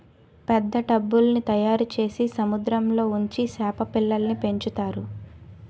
పెద్ద టబ్బుల్ల్ని తయారుచేసి సముద్రంలో ఉంచి సేప పిల్లల్ని పెంచుతారు